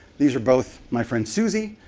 these are both my friend susie,